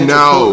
now